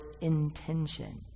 intention